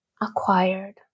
acquired